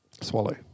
Swallow